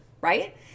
right